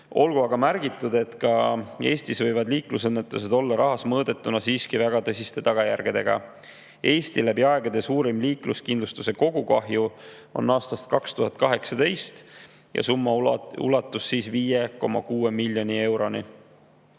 Olgu aga märgitud, et ka Eestis võivad liiklusõnnetused olla rahas mõõdetuna siiski väga tõsiste tagajärgedega. Eesti läbi aegade suurim liikluskindlustuse kogukahju on aastast 2018 ja summa ulatus siis 5,6 miljoni euroni.